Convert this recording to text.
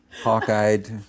hawk-eyed